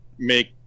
make